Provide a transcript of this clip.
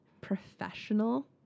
professional